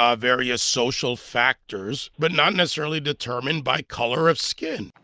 um various social factors, but not necessarily determined by color of skin.